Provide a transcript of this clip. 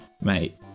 mate